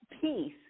peace